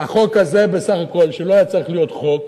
החוק הזה, בסך הכול, שלא היה צריך להיות חוק,